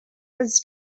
was